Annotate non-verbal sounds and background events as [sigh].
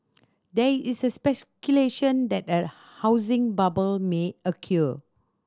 there is speculation that a housing bubble may [unintelligible]